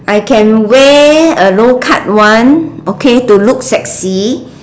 I can wear a low cut one okay to look sexy